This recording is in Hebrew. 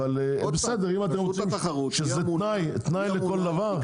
אבל בסדר, אם אתם חושבים שזה תנאי לכל דבר.